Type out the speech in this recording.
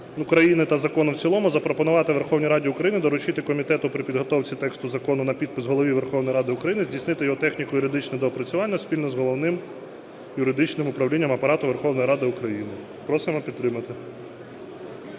України та закону в цілому запропонувати Верховній Раді України доручити комітету при підготовці тексту закону на підпис Голові Верховної Ради України здійснити його техніко-юридичне доопрацювання спільно з Головним юридичним управлінням Апарату Верховної Ради України. Просимо підтримати.